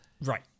Right